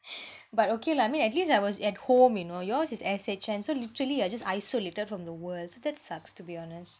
but okay lah mean at least I was at home you know yours is S_H_N so literally you're just isolated from the world so that sucks to be honest